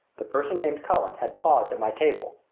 the person named cullen had paused at my table.